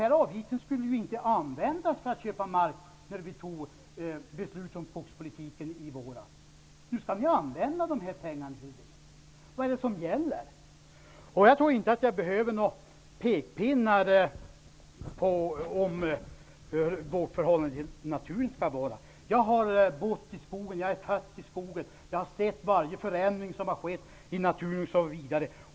När vi fattade beslut om skogspolitiken i våras sade ni ju att den här avgiften inte skulle användas för att köpa mark. Nu skall ni använda de här pengarna till det. Vad är det som gäller? Jag tror inte att jag behöver några pekpinnar om hur vårt förhållande till naturen skall vara. Jag har bott i skogen, och jag är född i skogen. Jag har sett varje förändring som har skett i naturen.